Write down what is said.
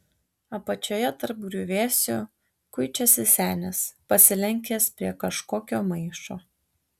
apačioje tarp griuvėsių kuičiasi senis pasilenkęs prie kažkokio maišo